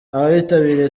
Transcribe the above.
abitabiriye